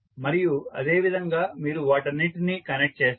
మరియు అదేవిధంగా మీరు వాటన్నింటినీ కనెక్ట్ చేస్తారు